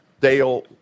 Dale